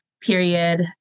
period